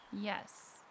Yes